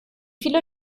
viele